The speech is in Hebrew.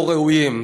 לא ראויים?